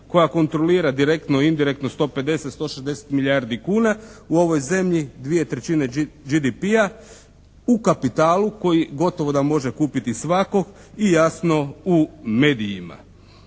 koja kontrolira direktno i indirektno 150, 160 milijardi kuna u ovoj zemlji, 2/3 GDP-a u kapitalu koji gotovo da može kupiti svatko i jasno u medijima.